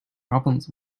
problems